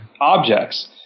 objects